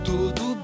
Tudo